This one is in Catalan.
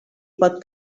pot